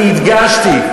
אני הדגשתי,